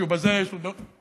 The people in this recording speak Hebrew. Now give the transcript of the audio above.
כשהוא בזה יש לו דעות,